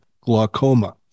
glaucoma